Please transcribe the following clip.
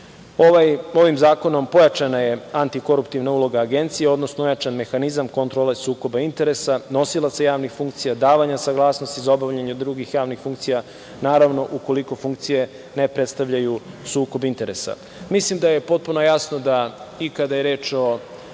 Ovim zakonom je pojačana antikoruptivna uloga Agencije, odnosno ojačan mehanizam kontrole sukoba interesa nosilaca javnih funkcija, davanja saglasnosti za obavljanje drugih javnih funkcija, naravno ukoliko funkcije ne predstavljaju sukob interesa. Mislim da je potpuno jasno i kada je reč o